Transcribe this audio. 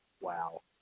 wow